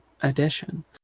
addition